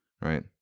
Right